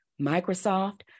Microsoft